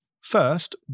First